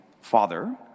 father